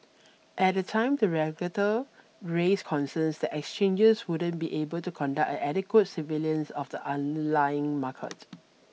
at the time the regulator raised concerns that exchanges wouldn't be able to conduct an adequate surveillance of the unlying market